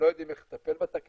לא יודעים אך לטפל בתקלה.